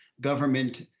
government